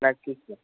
नक्की सर